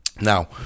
now